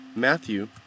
Matthew